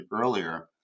earlier